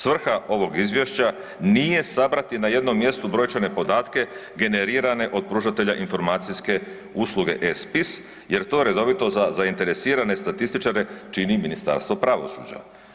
Svrha ovog izvješća nije sabrati na jednom mjestu brojčane podatke, generirane od pružatelja informacijske usluge e-spis jer to redovito za zainteresirane statističare čini Ministarstvo pravosuđa.